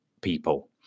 people